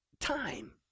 time